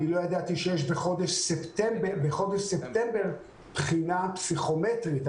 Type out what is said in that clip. אני לא ידעתי שיש בחודש ספטמבר בחינה פסיכומטרית,